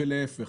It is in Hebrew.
ולהיפך,